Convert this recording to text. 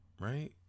right